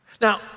Now